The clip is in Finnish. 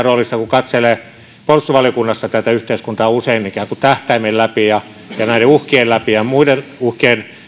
roolissa kun katselee puolustusvaliokunnassa tätä yhteiskuntaa usein ikään kuin tähtäimen läpi ja ja näiden uhkien läpi ja myös muiden uhkien